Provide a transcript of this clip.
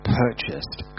purchased